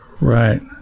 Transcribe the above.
Right